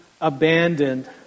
abandoned